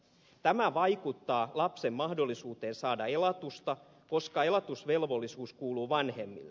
tämä vaikuttaa lapsen mahdollisuuteen saada elatusta koska elatusvelvollisuus kuuluu vanhemmille